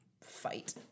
fight